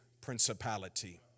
principality